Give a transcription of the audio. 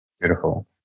Beautiful